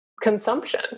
consumption